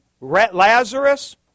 Lazarus